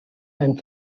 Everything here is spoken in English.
and